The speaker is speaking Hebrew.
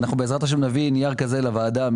אנחנו בעזרת ה' נביא נייר כזה לוועדה,